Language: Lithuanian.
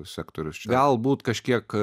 sektorius galbūt kažkiek